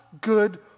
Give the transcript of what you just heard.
good